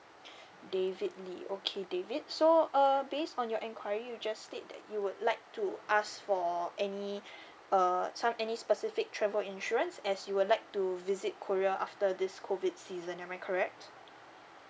david lee okay david so uh based on your enquiry you just state that you would like to ask for any uh some any specific travel insurance as you would like to visit korea after this COVID season am I correct